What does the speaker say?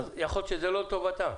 אז יכול להיות שזה לא לטובתם.